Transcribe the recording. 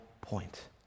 point